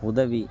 உதவி